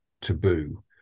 taboo